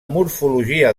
morfologia